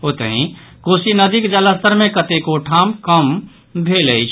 ओतहि कोसी नदीक जलस्तर मे कतेको ठाम कम भेल अछि